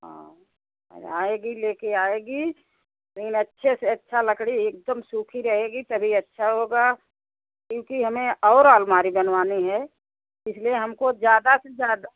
हाँ आएगी ले कर आएगी लेकिन अच्छी से अच्छी लकड़ी एक दम सूखी रहेगी तभी अच्छा होगा क्योंकि हमें और अलमारी बनवानी है इसलिए हमको ज़्यादा से ज़्यादा